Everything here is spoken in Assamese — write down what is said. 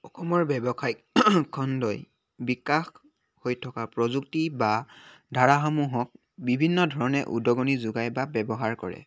অসমৰ ব্যৱসায়িক খণ্ডই বিকাশ হৈ থকা প্ৰযুক্তি বা ধাৰাসমূহক বিভিন্ন ধৰণে উদগনি যোগায় বা ব্যৱহাৰ কৰে